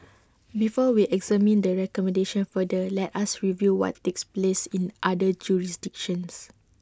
before we examine the recommendation further let us review what takes place in other jurisdictions